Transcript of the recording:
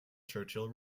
churchill